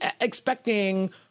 expecting